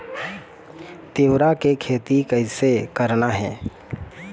तिऊरा के खेती कइसे करना हे?